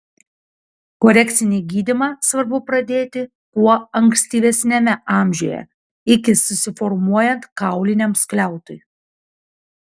korekcinį gydymą svarbu pradėti kuo ankstyvesniame amžiuje iki susiformuojant kauliniam skliautui